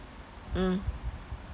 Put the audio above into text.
mm